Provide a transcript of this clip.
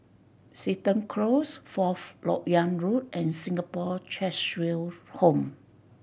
Seton Close Fourth Lok Yang Road and Singapore Cheshire Home